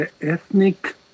ethnic